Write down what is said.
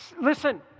Listen